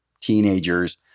teenagers